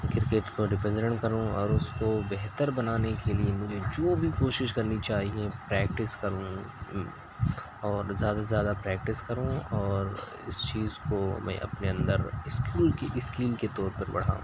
cricket کو represent کروں اور اس کو بہتر بنانے کے لیے مجھے جو بھی کوشش کرنی چاہیے پریکٹس کروں اور زیادہ سے زیادہ پریکٹس کروں اور اس چیز کو میں اپنے اندر اسکول کی اسکیل کے طور پر بڑھاؤں